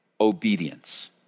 obedience